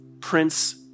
Prince